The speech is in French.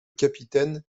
capitaine